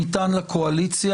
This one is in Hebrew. נשוב ונתכנס עשר דקות אחרי המליאה.